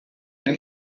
nel